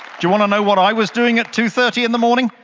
you want to know what i was doing at two thirty in the morning?